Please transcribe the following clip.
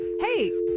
Hey